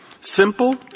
simple